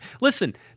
Listen